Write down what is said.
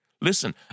Listen